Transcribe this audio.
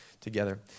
together